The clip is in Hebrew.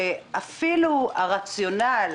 שאפילו הרציונל